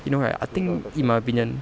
you know right I think in my opinion